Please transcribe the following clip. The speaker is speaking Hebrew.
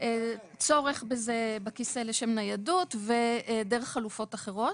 צורך בכיסא לשם ניידות ודרך חלופות אחרות.